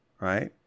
right